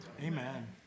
Amen